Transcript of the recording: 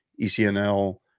ECNL